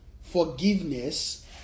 forgiveness